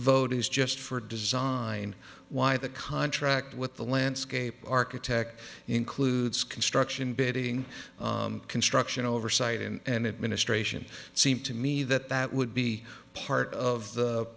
vote is just for design why the contract with the landscape architect includes construction bidding construction oversight and administration seemed to me that that would be part of the